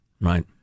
Right